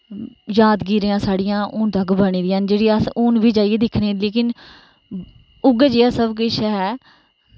जादगिरियां साढ़ियां हून तक्क बनी दियां न जेह्ड़ियां अस हून बी दिक्खने आं लेकिन उऐ जेहा सब कुछ ऐ